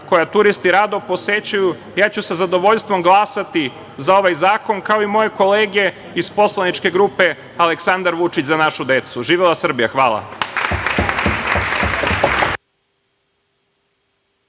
koja turisti rado posećuju, ja ću sa zadovoljstvom glasati za ovaj zakon, ako i moje kolege iz poslaničke grupe Aleksandar Vučić - Za našu decu. Živela Srbija. Hvala.